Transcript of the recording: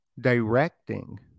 directing